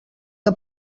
que